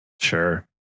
Sure